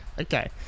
Okay